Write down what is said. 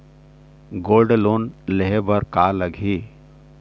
Gold loan लेहे बर का लगही?